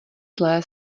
zlé